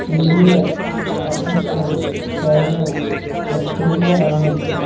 India Pakistan China Australia America